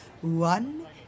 one